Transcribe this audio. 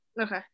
Okay